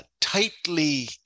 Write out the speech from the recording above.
tightly